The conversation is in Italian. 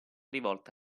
rivolta